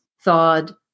thawed